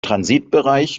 transitbereich